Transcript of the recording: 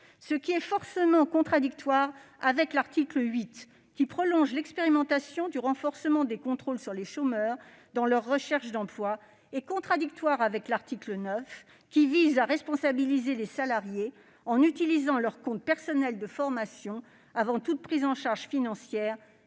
ce qui entre forcément en contradiction avec l'article 8, qui prolonge l'expérimentation du renforcement des contrôles sur les chômeurs dans leur recherche d'emploi, et avec l'article 9, qui vise à responsabiliser les salariés l'utilisation de leur compte personnel de formation avant toute prise en charge financière